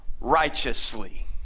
righteously